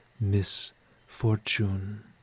misfortune